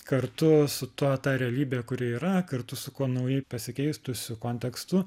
kartu su tuo ta realybė kuri yra kartu su kuo naujai pasikeistų su kontekstu